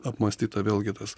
apmąstyta vėlgi tas